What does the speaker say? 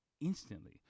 instantly